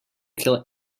kill